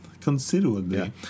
Considerably